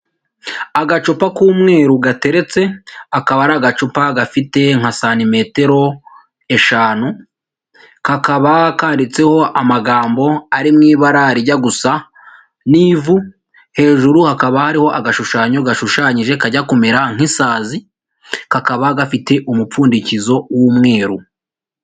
Agacupa k'umweru gateretse, akaba ari agacupa gafite nka santimetero eshanu, kakaba kanditseho amagambo ari mu ibara rijya gusa n'ivu, hejuru hakaba hariho agashushanyo gashushanyije kajya kumera nk'isazi, kakaba gafite umupfundikizo w'umweru.